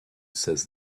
says